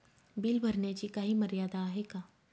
Bill भरण्याची काही मर्यादा आहे का?